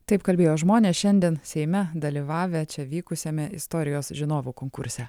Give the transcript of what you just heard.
taip kalbėjo žmonės šiandien seime dalyvavę čia vykusiame istorijos žinovų konkurse